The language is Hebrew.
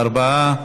בעד, 34,